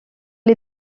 les